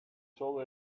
saw